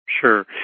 sure